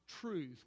truth